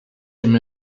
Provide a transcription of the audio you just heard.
him